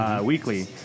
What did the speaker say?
Weekly